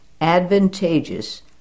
advantageous